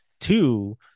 two